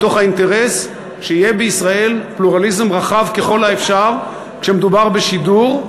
מתוך האינטרס שיהיה בישראל פלורליזם רחב ככל האפשר כשמדובר בשידור,